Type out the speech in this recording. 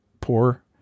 poor